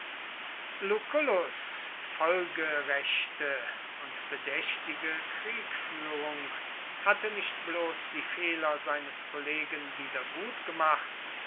lucullus folgerechte und bedächtige kriegführung hatte nicht bloß die fehler seines kollegen wieder